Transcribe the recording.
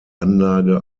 anlage